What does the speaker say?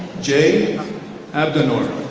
jay abdanor.